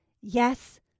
Yes